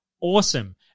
awesome